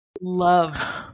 Love